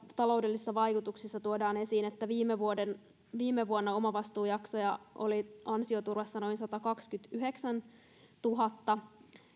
taloudellisissa vaikutuksissa tuodaan esiin että viime vuonna omavastuujaksoja oli ansioturvassa noin satakaksikymmentäyhdeksäntuhatta